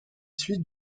suites